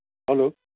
hello